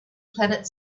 planet